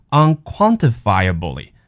unquantifiably